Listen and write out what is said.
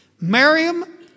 Miriam